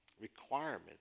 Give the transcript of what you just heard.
requirement